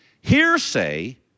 Hearsay